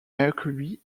mercury